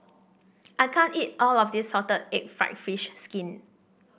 I can't eat all of this Salted Egg fried fish skin